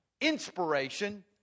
inspiration